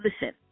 listen